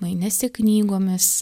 mainėsi knygomis